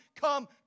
come